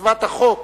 מצוות החוק